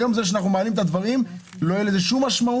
היום זה שאנחנו מעלים את הדברים לא תהיה לזה שום משמעות.